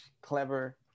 clever